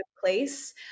place